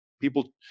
People